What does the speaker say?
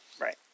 Right